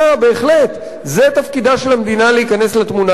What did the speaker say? בהחלט, זה תפקידה של המדינה להיכנס לתמונה.